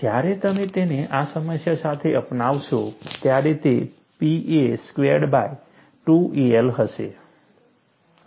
જ્યારે તમે તેને આ સમસ્યા માટે અપનાવશો ત્યારે તે Pa સ્ક્વેર્ડ બાય 2EI હશે